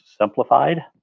simplified